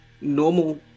Normal